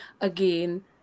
again